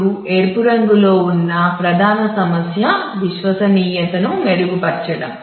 ఇప్పుడు ఎరుపు రంగులో ఉన్న ప్రధాన సమస్య విశ్వసనీయతను మెరుగుపరచడం